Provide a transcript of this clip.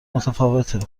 متفاوته